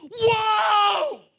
Whoa